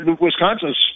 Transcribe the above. Wisconsin's